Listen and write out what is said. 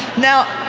now,